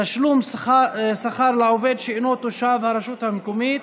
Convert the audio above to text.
(תשלום שכר לעובד שאינו תושב הרשות המקומית),